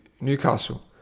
Newcastle